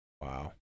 wow